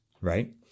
right